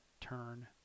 turn